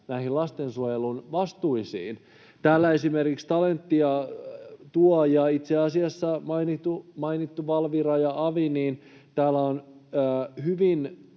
lastensuojelun vastuisiin. Täällä esimerkiksi Talentia ja itse asiassa mainittu Valvira ja avi tuovat esiin, ja täällä on hyvin